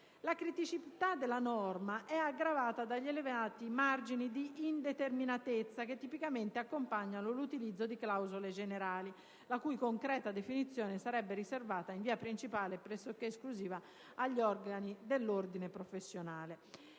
La criticità della norma è aggravata dagli elevati margini di indeterminatezza che tipicamente accompagnano l'utilizzo di clausole generali, la cui concreta definizione sarebbe riservata, in via principale e pressoché esclusiva, agli organi dell'ordine professionale.